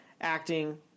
acting